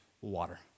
water